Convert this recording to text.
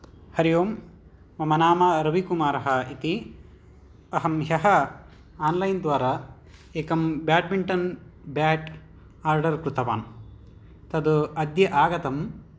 हरि ओम् मम नाम रविकुमारः इति अहं ह्यः आन्लैन् द्वारा एकं बेट्मिन्टन् बेट् आर्डर् कृतवान् तद् अद्य आगतम्